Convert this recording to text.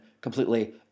completely